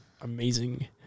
amazing